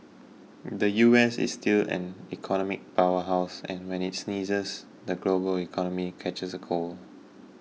the U S is still an economic power house and when it sneezes the global economy catches a cold